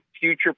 future